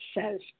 says